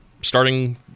starting